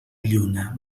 lluna